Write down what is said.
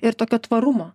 ir tokio tvarumo